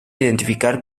identificar